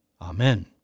Amen